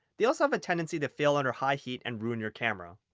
they also have a tendency to fail under high heat and ruin your camera.